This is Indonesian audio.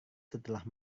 setelah